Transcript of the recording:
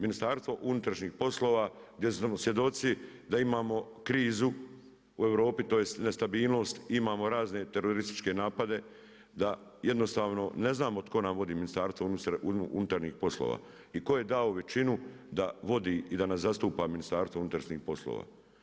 Ministarstvo unutrašnjih poslova, gdje su nam svjedoci da imamo krizu u Europi tj. nestabilnost, imamo razne terorističke napade, da jednostavno ne znamo tko nam vodi Ministarstvo unutarnjih poslova i tko je dao većinu da vodi i da nas zastupa Ministarstvo unutrašnjih poslova.